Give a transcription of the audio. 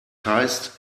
heißt